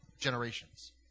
generations